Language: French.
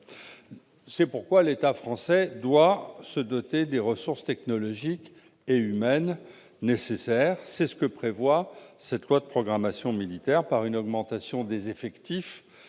C'est pourquoi la France doit se doter des ressources technologiques et humaines nécessaires. C'est ce que prévoit le présent projet de loi, par une augmentation des effectifs